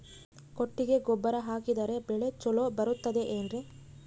ಕೊಟ್ಟಿಗೆ ಗೊಬ್ಬರ ಹಾಕಿದರೆ ಬೆಳೆ ಚೊಲೊ ಬರುತ್ತದೆ ಏನ್ರಿ?